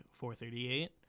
438